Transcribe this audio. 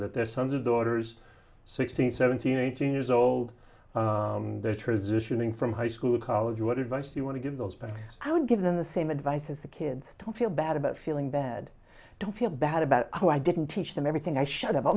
that their sons or daughters sixteen seventeen eighteen years old they're transitioning from high school or college what advice you want to give those but i would give them the same advice as the kids don't feel bad about feeling bad don't feel bad about oh i didn't teach them everything i should